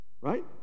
right